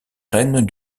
rênes